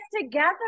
together